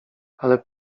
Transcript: ale